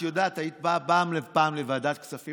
היית באה פעם לוועדת הכספים,